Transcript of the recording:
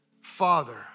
father